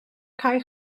cae